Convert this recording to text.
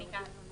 אני כאן.